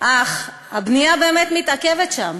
אך הבנייה באמת מתעכבת שם.